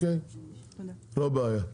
לא בעיה.